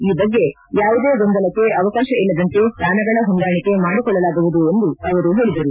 ಈ ಬಗ್ಗೆ ಅವರು ಯಾವುದೇ ಗೊಂದಲಕ್ಕೆ ಅವಕಾಶ ಇಲ್ಲದಂತೆ ಸ್ಯಾನಗಳ ಹೊಂದಾಣಿಕೆ ಮಾಡಿಕೊಳ್ಳಲಾಗುವುದು ಎಂದು ಹೇಳಿದರು